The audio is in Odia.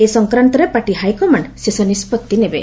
ଏ ସଂକ୍ରାନ୍ତରେ ପାର୍ଟି ହାଇକମାଣ୍ଡ ଶେଷ ନିଷ୍ପତ୍ତି ନେବେ